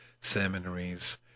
seminaries